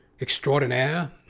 Extraordinaire